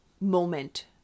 moment